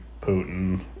Putin